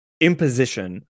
imposition